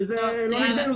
שזה לא נגדנו,